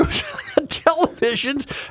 televisions